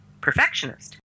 perfectionist